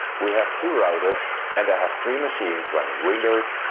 we have two routers and i have three machines running windows,